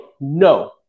No